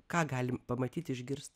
ką galim pamatyt išgirst